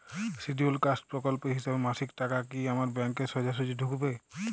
Scheduled caste প্রকল্পের হিসেবে মাসিক টাকা কি আমার ব্যাংকে সোজাসুজি ঢুকবে?